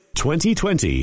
2020